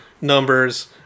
numbers